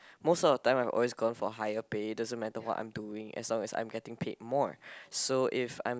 most of the time I always go for higher pay doesn't matter what I'm doing as long I'm getting paid more so if I'm